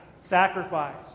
sacrifice